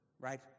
Right